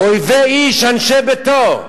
"אֹיבי איש, אנשי ביתו"